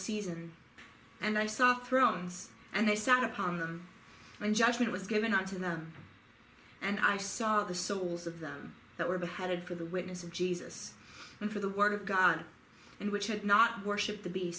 season and i saw thrones and they sat upon them and judgment was given unto them and i saw the souls of them that were beheaded for the witness of jesus and for the word of god and which had not worship the be